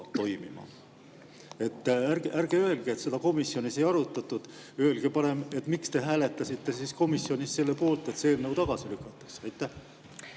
toimima? Ärge öelge, et seda komisjonis ei arutatud. Öelge parem, miks te hääletasite komisjonis selle poolt, et see eelnõu tagasi lükataks? Hea